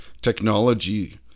Technology